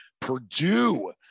Purdue